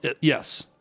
yes